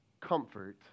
comfort